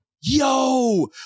Yo